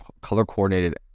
color-coordinated